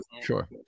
sure